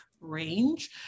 range